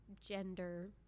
gender